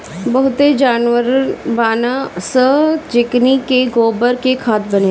बहुते जानवर बानअ सअ जेकनी के गोबर से खाद बनेला